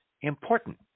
important